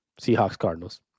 Seahawks-Cardinals